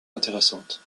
intéressantes